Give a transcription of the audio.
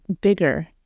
bigger